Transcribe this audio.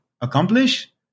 accomplish